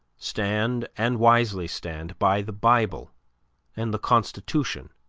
stand, and wisely stand, by the bible and the constitution,